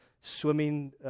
swimming